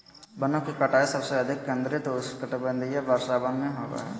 वनों की कटाई सबसे अधिक केंद्रित उष्णकटिबंधीय वर्षावन में होबो हइ